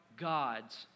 God's